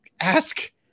ask